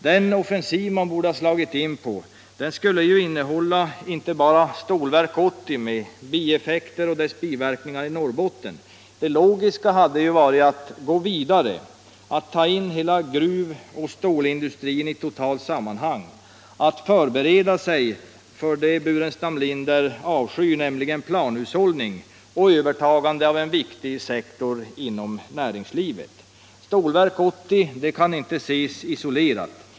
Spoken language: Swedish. Den offensiv man borde ha slagit in på skulle inte bara innehålla Stålverk 80 med bieffekter och dess biverkningar i Norrbotten, utan det logiska hade varit att gå vidare och ta in hela gruvoch stålindustrin i ett totalt sammanhang, att förbereda sig för det som herr Burenstam Linder avskyr, nämligen planhushållning och övertagande av en viktig sektor inom näringslivet. Stålverk 80 kan inte ses isolerat.